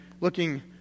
looking